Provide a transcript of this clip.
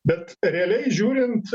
bet realiai žiūrint